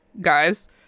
guys